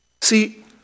See